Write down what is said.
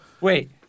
wait